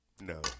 No